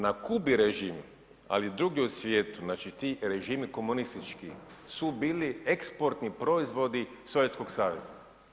Na Kubi režim, ali i drugdje u svijetu, znači ti režimi komunistički su bili eksportni proizvodi Sovjetskog saveza.